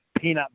peanut